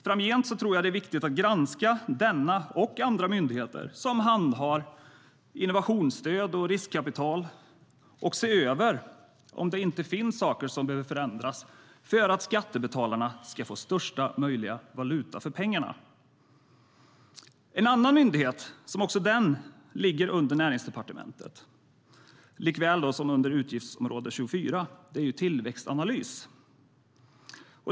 Framgent tror jag att det är viktigt att granska denna och andra myndigheter som handhar innovationsstöd och riskkapital och se över om det inte finns saker som behöver förändras för att skattebetalarna ska få största möjliga valuta för pengarna. En annan myndighet, som också den ligger under Näringsdepartementet och utgiftsområde 24, är Tillväxtanalys.